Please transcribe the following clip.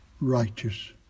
righteous